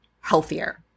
healthier